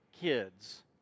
kids